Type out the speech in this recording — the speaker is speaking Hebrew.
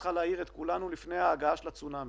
שצריכה להעיר את כולנו לפני ההגעה של הצונאמי.